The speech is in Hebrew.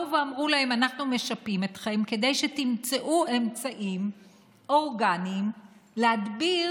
אמרו להם: אנחנו משפים אתכם כדי שתמצאו אמצעים אורגניים להדביר